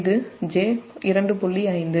இது 0